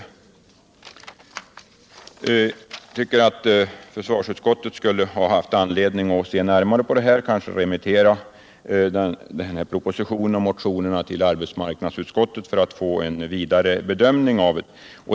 Jag tycker att försvarsutskottet har haft anledning att se närmare på detta och kanske remittera propositionen och motionerna till arbetsmarknadsutskottet för att få en vidare bedömning.